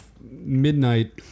midnight